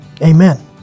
Amen